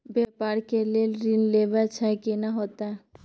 व्यापार के लेल ऋण लेबा छै केना होतै?